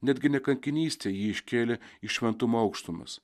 netgi ne kankinystė ji iškėlė į šventumo aukštumas